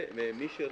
ומי שרוצה,